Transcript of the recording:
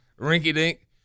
Rinky-dink